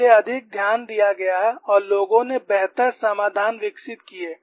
इसलिए अधिक ध्यान दिया गया और लोगों ने बेहतर समाधान विकसित किए